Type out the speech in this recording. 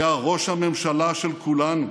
היה ראש הממשלה של כולנו.